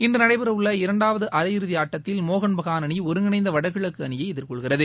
இன்றுநடைபெறவுள்ள இரண்டாவதுஅரை இறுதிஆட்டத்தில் மோகன் பகான் அணி ஒருங்கிணைந்தவடகிழக்குஅணியைஎதிர்கொள்கிறது